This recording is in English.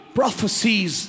prophecies